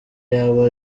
yaba